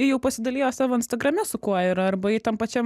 ji jau pasidalijo savo instagrame su kuo ir arba ji tam pačiam